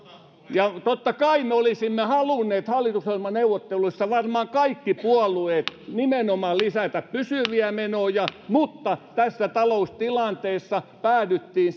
ja totta kai me olisimme halunneet hallitusohjelmaneuvotteluissa varmaan kaikki puolueet nimenomaan lisätä pysyviä menoja mutta tässä taloustilanteessa päädyttiin